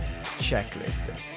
checklist